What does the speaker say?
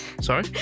Sorry